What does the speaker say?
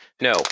no